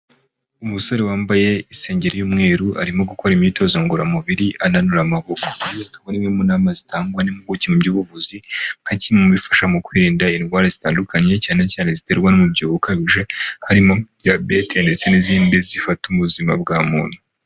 Umusore wambaye isengeri y'umweru, arimo gukora imyitozo ngoramubiri ananura amaboko, imwe mu nama zitangwa n'impuguke mu by'ubuvuzi, nka kimwe mu bifasha mu kwirinda indwara zitandukanye, cyane cyane ziterwa n'umubyibuho ukabije, harimo diyabete ndetse n'izindi zifata ubuzima bwa muntu.